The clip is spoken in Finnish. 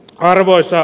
harvoista